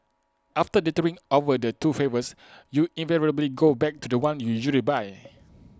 after dithering over the two flavours you invariably go back to The One you usually buy